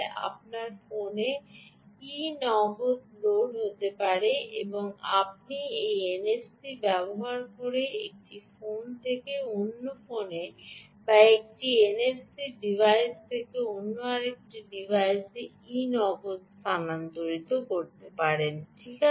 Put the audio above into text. আপনার ফোনে E Cash load হতে পারে এবং আপনি এই এনএফসি ব্যবহার করে একটি ফোন থেকে অন্য ফোনে বা একটি এনএফসি ডিভাইস থেকে অন্য ডিভাইসে ই নগদ স্থানান্তর করতে পারেন ঠিক আছে